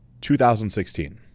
2016